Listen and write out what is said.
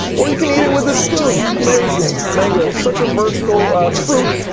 or you can eat it with a spoon. amazing! mango, such a versatile fruit,